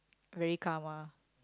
very karma